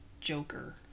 Joker